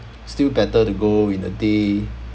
still better to go in the day